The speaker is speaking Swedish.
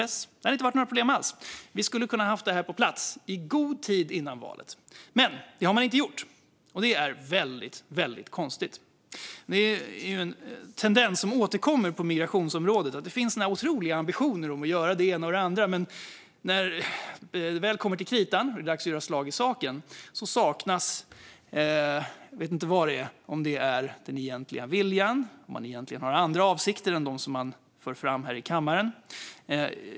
Det hade inte varit något problem, och förslaget hade kunnat vara på plats i god tid innan valet. Men det har man inte gjort, och det är mycket konstigt. En tendens som återkommer på migrationsområdet är att det finns otroliga ambitioner att göra det ena och det andra, men när det väl kommer till kritan och det är dags att göra slag i saken saknas den egentliga viljan eller så har man andra avsikter än de som förs fram i kammaren.